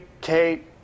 Kate